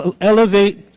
elevate